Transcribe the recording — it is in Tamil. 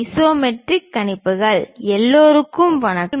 ஐசோமெட்ரிக் கணிப்புகள் போட்டி எல்லோருக்கும் வணக்கம்